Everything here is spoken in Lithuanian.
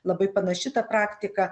labai panaši ta praktika